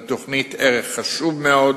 לתוכנית ערך חשוב מאוד